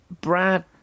Brad